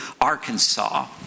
Arkansas